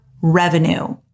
revenue